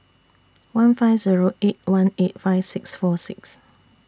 one five Zero eight one eight five six four six